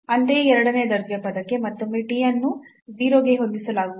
ಅಂತೆಯೇ ಎರಡನೇ ದರ್ಜೆಯ ಪದಕ್ಕೆ ಮತ್ತೊಮ್ಮೆ t ಅನ್ನು 0 ಗೆ ಹೊಂದಿಸಲಾಗುವುದು